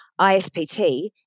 ISPT